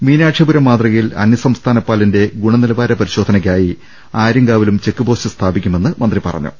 മീനാക്ഷിപുരം മാതൃകയിൽ അന്യസം സ്ഥാന പാലിന്റെ ഗുണനിലവാര പരിശോധനയ്ക്കായി ആര്യങ്കാവിലും ചെക്ക്പോസ്റ്റ് സ്ഥാപിക്കുമെന്ന് മന്ത്രി പറ ഞ്ഞു